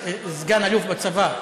סגן-אלוף בצבא.